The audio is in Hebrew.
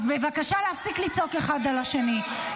אז בבקשה להפסיק לצעוק אחד על השני.